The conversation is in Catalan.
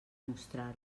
mostrar